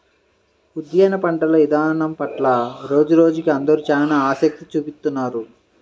ఉద్యాన పంటల ఇదానం పట్ల రోజురోజుకీ అందరూ చానా ఆసక్తి చూపిత్తున్నారు